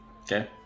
okay